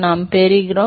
நாம் பெறுகிறோம்